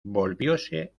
volvióse